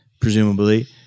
presumably